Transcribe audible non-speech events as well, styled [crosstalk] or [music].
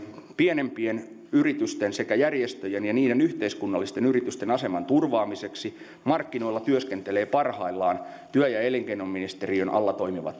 pienempien yritysten sekä järjestöjen ja niiden yhteiskunnallisten yritysten aseman turvaamiseksi markkinoilla työskentelee parhaillaan työ ja elinkeinoministeriön alla toimiva [unintelligible]